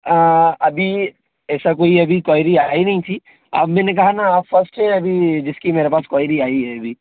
अभी ऐसा कोई अभी क्वेरी आई नहीं थी अब मैंने कहा ना आप फर्स्ट हैं अभी जिस कि मेरे पास क्वेरी आई है अभी